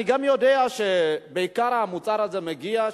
אני גם יודע שבעיקר המוצר הזה מגיע,